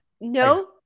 No